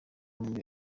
muri